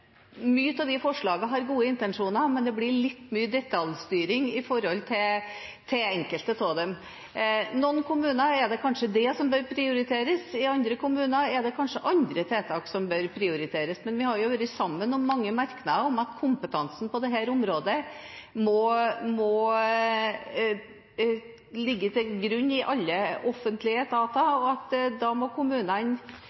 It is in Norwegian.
av disse forslagene har gode intensjoner, men det blir litt mye detaljstyring når vi ser på enkelte av dem. I noen kommuner er det kanskje dette som bør prioriteres, i andre kommuner er det kanskje andre tiltak som bør prioriteres, men vi har vært sammen om mange merknader om at kompetansen på dette området må ligge til grunn i alle offentlige etater,